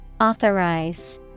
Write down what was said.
Authorize